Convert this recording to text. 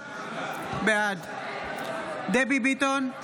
בעד דבי ביטון,